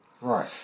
Right